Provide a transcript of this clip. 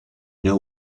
know